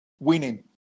winning